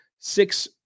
Six